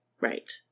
Right